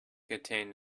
contained